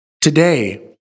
today